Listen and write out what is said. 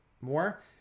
more